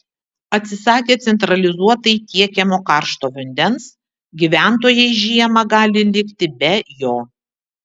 atsisakę centralizuotai tiekiamo karšto vandens gyventojai žiemą gali likti be jo